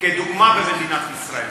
כדוגמה במדינת ישראל.